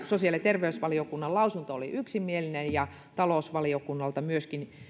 sosiaali ja terveysvaliokunnan lausunto oli yksimielinen ja talousvaliokunnalta tuli myöskin